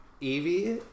Evie